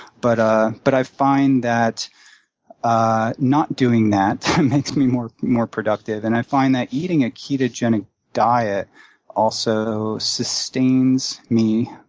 but ah but i find that ah not doing that makes me more more productive. and i find that eating a ketogenic diet also sustains me